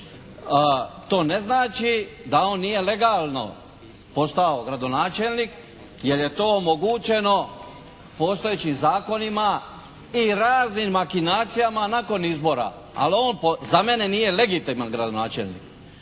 To ne znači da on nije legalno postao gradonačelnik jer je to omogućeno postojećim zakonima i raznim makinacijama nakon izbora. Ali on za mene nije legitiman gradonačelnik.